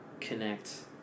connect